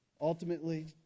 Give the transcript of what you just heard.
Ultimately